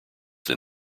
than